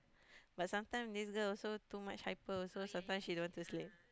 but sometime this girl also too much hyper also sometime she don't want to sleep